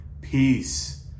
Peace